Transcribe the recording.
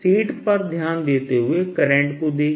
sheet पर ध्यान देते हुए करंट को देखिए